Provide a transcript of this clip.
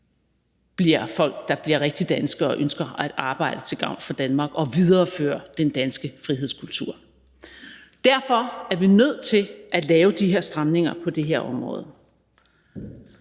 bliver folk, der bliver rigtige danskere og ønsker at arbejde til gavn for Danmark og videreføre den danske frihedskultur. Derfor er vi nødt til at lave de her stramninger på det her område.